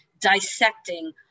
dissecting